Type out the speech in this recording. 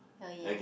oh ya